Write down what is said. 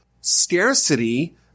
scarcity